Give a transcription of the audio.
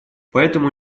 поэтому